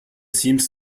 seems